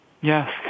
Yes